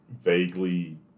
vaguely